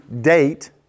date